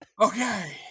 Okay